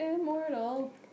immortal